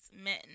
men